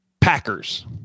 Packers